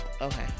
okay